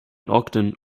ogden